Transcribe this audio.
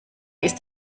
ist